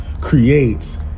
creates